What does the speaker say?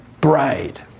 bride